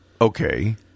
okay